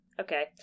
okay